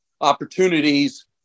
opportunities